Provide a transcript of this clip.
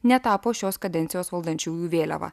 netapo šios kadencijos valdančiųjų vėliava